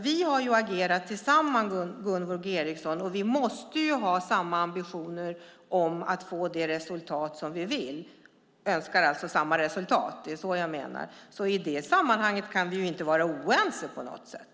Vi har agerat tillsammans, Gunvor G Ericson, och vi måste ha samma ambitioner och alltså önska samma resultat. I det avseendet kan vi inte vara oense på något sätt.